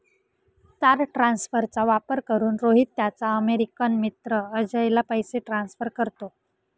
तार ट्रान्सफरचा वापर करून, रोहित त्याचा अमेरिकन मित्र अजयला पैसे ट्रान्सफर करतो